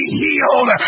healed